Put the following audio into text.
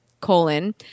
colon